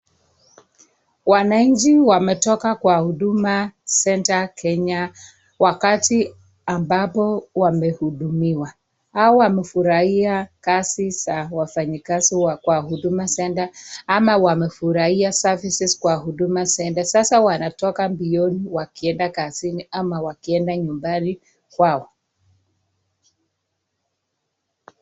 Wananchi wametoka kwa Huduma Center Kenya wakati ambapo wamehudumiwa. Hawa wamefurahia kazi za wafanyakazi kwa Huduma Center ama wamefurahia services kwa Huduma Center. Sasa wanatoka mbioni wakienda kazini ama wakienda nyumbani kwao.